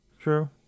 true